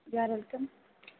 you are welcome